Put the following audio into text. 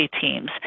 teams